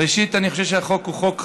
ראשית, אני חושב שהחוק הוא חוק חשוב.